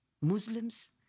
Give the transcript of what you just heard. Muslims